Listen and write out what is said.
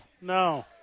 No